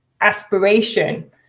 aspiration